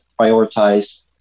prioritize